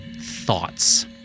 thoughts